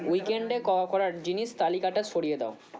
উইকেণ্ডে করার জিনিস তালিকাটা সরিয়ে দাও